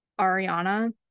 Ariana